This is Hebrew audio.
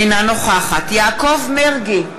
אינה נוכחת יעקב מרגי,